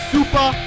Super